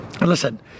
listen